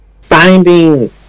finding